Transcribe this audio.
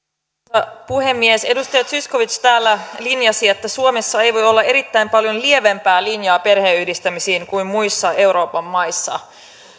arvoisa puhemies edustaja zyskowicz täällä linjasi että suomessa ei voi olla erittäin paljon lievempää linjaa perheenyhdistämisiin kuin muissa euroopan maissa